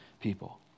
people